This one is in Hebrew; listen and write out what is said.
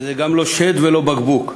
וזה גם לא שד ולא בקבוק.